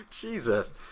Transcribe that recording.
Jesus